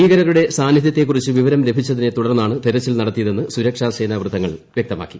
ഭീകരരുടെ സാന്നിധൃത്തെക്കുറിച്ച് വിവരം ലഭിച്ചതിനെ തുടർന്നാണ് തെരച്ചിൽ നടത്തിയതെന്ന് സുരക്ഷാസേന വൃത്തങ്ങൾ വ്യക്തമാക്കി